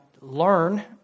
learn